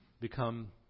become